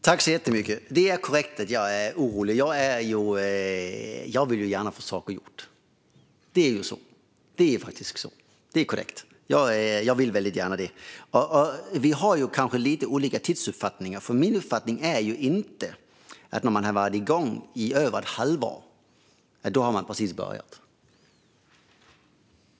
Fru talman! Det är korrekt att jag är orolig, för jag vill få saker gjorda. Så är det. Vi har kanske lite olika tidsuppfattning, för jag menar att har man varit igång i ett halvår har man inte precis börjat.